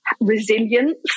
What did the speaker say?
resilience